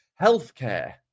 healthcare